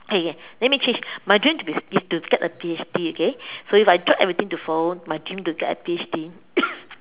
okay ya let me change my dream is to get a P_H_D okay so if I drop everything to follow my dream to get a P_H_D